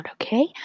okay